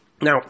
Now